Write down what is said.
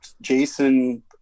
Jason